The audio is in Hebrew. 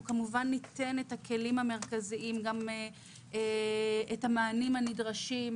אנחנו כמובן ניתן את הכלים המרכזיים וגם את המענים הנדרשים.